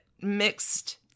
mixed